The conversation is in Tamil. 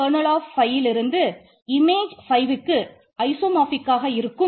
கர்னல் இருக்கும்